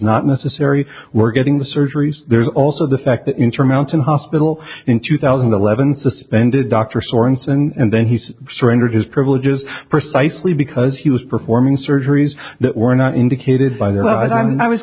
not necessary were getting the surgeries there's also the fact the intermountain hospital in two thousand and eleven suspended dr sorenson and then he's surrendered his privileges precisely because he was performing surgeries that were not indicated by the time i was